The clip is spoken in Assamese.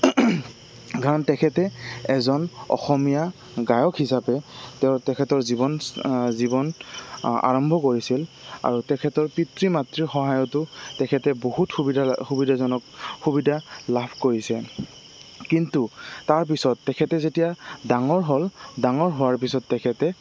কাৰণ তেখেতে এজন অসমীয়া গায়ক হিচাপে তেওঁ তেখেতৰ জীৱন জীৱন আৰম্ভ কৰিছিল আৰু তেখেতৰ পিতৃ মাতৃ সহায়তো তেখেতে বহুত সুবিধা সুবিধাজনক সুবিধা লাভ কৰিছে কিন্তু তাৰপিছত তেখেতে যেতিয়া ডাঙৰ হ'ল ডাঙৰ হোৱাৰ পিছত তেখেতে